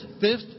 fifth